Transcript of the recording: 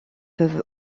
peuvent